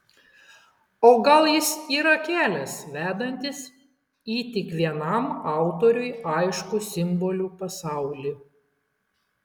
o gal jis yra kelias vedantis į tik vienam autoriui aiškų simbolių pasaulį